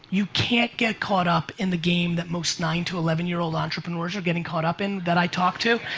you can't get caught up in the game that most nine to eleven year old entrepreneurs are getting caught up in that i talk to.